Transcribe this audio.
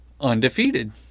undefeated